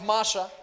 Masha